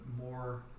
more